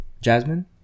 Jasmine